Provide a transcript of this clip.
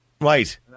Right